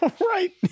Right